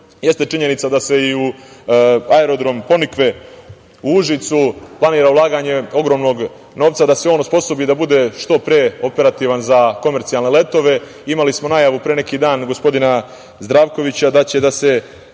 jeste činjenica da se i u aerodrom Ponikve u Užicu planira ulaganje ogromnog novca, da se on osposobi da bude što pre operativan za komercijalne letove. Imali smo i najavu pre neki dan gospodina Zdravkovića, da će tokom